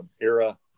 era